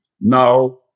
now